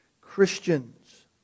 Christians